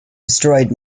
destroyed